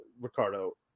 Ricardo